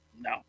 no